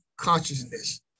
consciousness